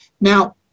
Now